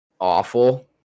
awful